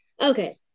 Okay